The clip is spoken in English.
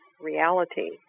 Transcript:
reality